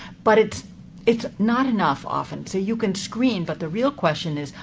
but it's it's not enough often. so you can screen, but the real question is,